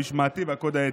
המשמעתי והקוד האתי.